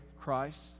Christ